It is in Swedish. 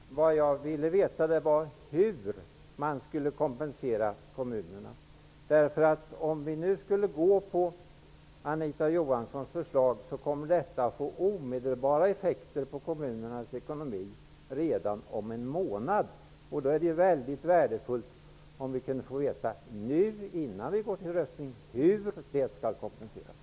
Herr talman! Jag ville veta hur man skulle kompensera kommunerna. Om vi nu skulle gå på Anita Johanssons förslag kommer det redan om en månad att få effekter på kommunernas ekonomi. Därför är det värdefullt om vi kan få veta hur kommunerna skall kompenseras innan vi röstar.